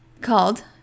called